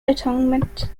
atonement